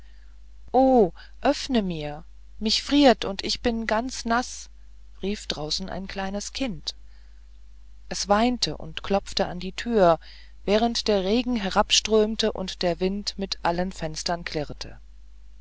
o öffne mir mich friert und ich bin ganz naß rief draußen ein kleines kind es weinte und klopfte an die thür während der regen herabströmte und der wind mit allen fenstern klirrte